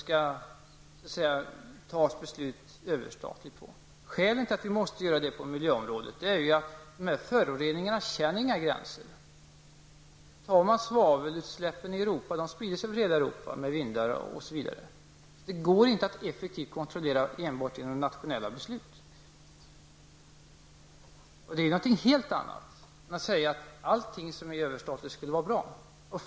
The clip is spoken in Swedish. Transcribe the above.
Skälet till att besluten på miljöområdet måste vara överstatliga är ju att föroreningarna inte känner några gränser. Svavelutsläppen i Europa sprider sig över hela Europa med bl.a. vindar. Detta går inte att effektivt kontrollera enbart genom nationella beslut. Men detta är något helt annat än att säga att allt som är överstatligt skulle vara bra.